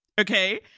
okay